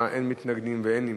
בעד, 8, אין מתנגדים ואין נמנעים.